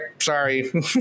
sorry